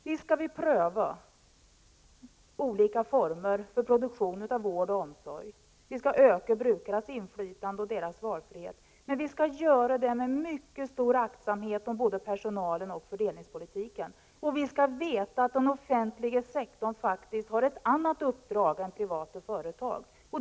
Visst skall vi pröva olika former för produktion av vård och omsorg. Vi skall öka brukarnas inflytande och deras valfrihet, men vi skall göra det med mycket stor aktsamhet om både personalen och fördelningspolitiken. Och vi skall veta att den offentliga sektorn faktiskt har ett annat uppdrag än privata företag.